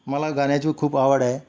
मला गाण्याची खूप आवड आहे